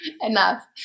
Enough